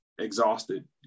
exhausted